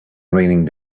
raining